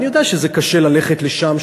אני יודע שקשה ללכת לשם.